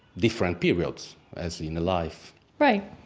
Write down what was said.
different periods as in a life right.